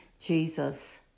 Jesus